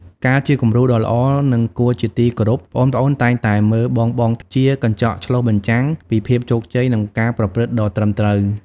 ការជាគំរូដ៏ល្អ និងគួរជាទីគោរព ប្អូនៗតែងតែមើលបងៗជា កញ្ចក់ឆ្លុះបញ្ចាំង ពីភាពជោគជ័យ និងការប្រព្រឹត្តដ៏ត្រឹមត្រូវ។